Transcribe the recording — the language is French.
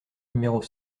numéros